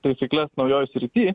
taisykles naujoj srity